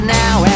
now